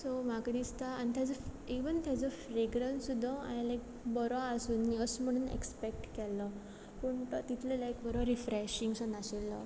so म्हाका दिसता आनी तेजो इवन तेजो फ्रेगरेंस सुद्दां हांवें लायक बरो आसुनी अशें म्हणून एक्सपेक्ट केल्लो पूण तो तितलो लायक बरो रिफ्रेशींगसो नाशिल्लो